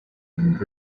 and